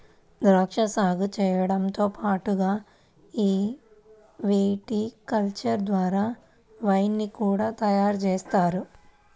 ద్రాక్షా సాగు చేయడంతో పాటుగా ఈ విటికల్చర్ ద్వారా వైన్ ని కూడా తయారుజేస్తారు